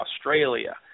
Australia